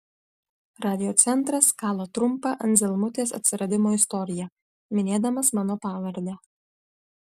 radiocentras kala trumpą anzelmutės atsiradimo istoriją minėdamas mano pavardę